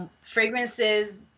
Fragrances